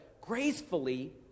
gracefully